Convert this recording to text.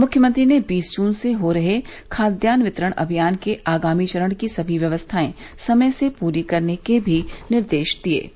मुख्यमंत्री ने बीस जून से शुरू हो रहे खाद्यान्न वितरण अभियान के आगामी चरण की सभी व्यवस्थाएं समय से पूरी करने के भी निर्देश दिए हैं